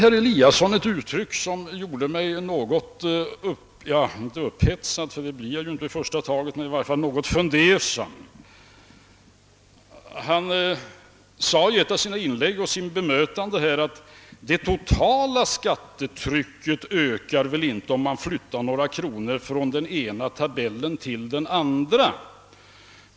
Herr Eliasson använde ett uttryck som gjorde mig om inte upphetsad — det blir jag inte i första taget — så i. varje fall något fundersam. Han sade i en av sina repliker, att det totala skattetrycket inte ökar om man flyttar över några kronor från den ena tabellen til? den andra.